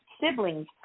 Siblings